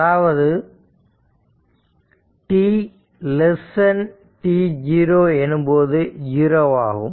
அதாவது t t0 எனும்போது 0 ஆகும்